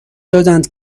دادند